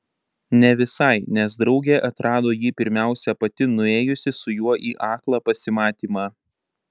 ne visai nes draugė atrado jį pirmiausia pati nuėjusi su juo į aklą pasimatymą